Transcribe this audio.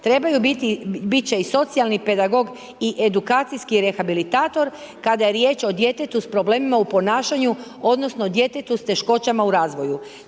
bit će i socijalni pedagog i edukacijski rehabilitator kada je riječ o djetetu s problemima u ponašanju odnosno djetetu s teškoćama u razvoju.